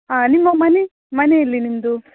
ಹಾಂ ನಿಮ್ಮ ಮನೆ ಮನೆ ಎಲ್ಲಿ ನಿಮ್ಮದು